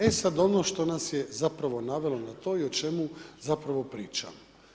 E sad ono što nas je zapravo navelo na to i o čemu zapravo pričamo.